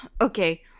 Okay